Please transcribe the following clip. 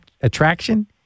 attraction